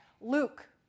Luke